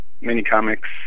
mini-comics